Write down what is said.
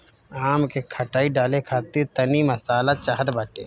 आम के खटाई डाले खातिर तनी मसाला चाहत बाटे